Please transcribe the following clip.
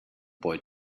boy